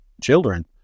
children